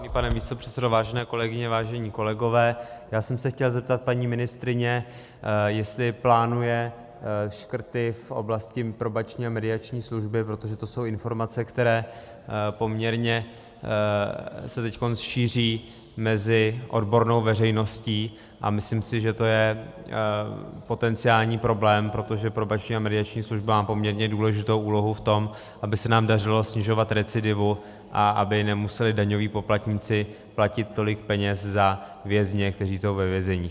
Vážený pane místopředsedo, vážené kolegyně, vážení kolegové, chtěl jsem se zeptat paní ministryně, jestli plánuje škrty v oblasti Probační a mediační služby, protože to jsou informace, které se teď poměrně šíří mezi odbornou veřejností, a myslím si, že to je potenciální problém, protože Probační a mediační služba má poměrně důležitou úlohu v tom, aby se nám dařilo snižovat recidivu a aby nemuseli daňoví poplatníci platit tolik peněz za vězně, kteří jsou ve vězeních.